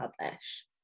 publish